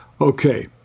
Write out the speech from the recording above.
Okay